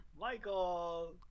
Michael